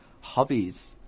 Hobbies